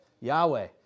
Yahweh